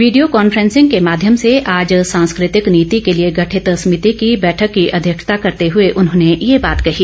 video conferencing के माध्यम से आज सांस्कृतिक नीति कई लिए गठित समिति की बैठक की अध्यक्षता करते हुए उन्होंने ये बात कही